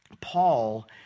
Paul